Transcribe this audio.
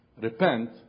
Repent